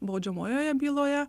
baudžiamojoje byloje